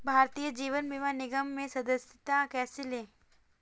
भारतीय जीवन बीमा निगम में सदस्यता कैसे लें?